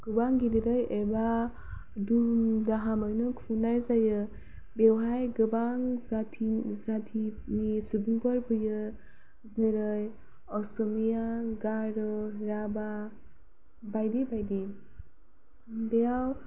गोबां गिदिरै एबा दुम दाहामैनो खुंनाय जायो बेवहाय गोबां जाथि जाथिनि सुबुंफोर फैयो जेरै असमिया गार' राभा बायदि बायदि बेयाव